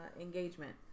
engagement